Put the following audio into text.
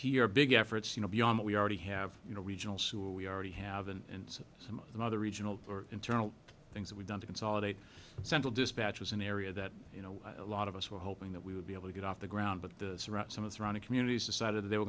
here big efforts you know beyond what we already have you know regional sewer we already have in some of the other regional or internal things that we've done to consolidate central dispatch as an area that you know a lot of us were hoping that we would be able to get off the ground but the some of the running communities decided they were